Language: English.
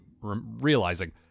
realizing